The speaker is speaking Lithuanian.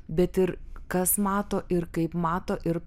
bet ir kas mato ir kaip mato ir